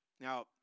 Now